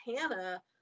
Hannah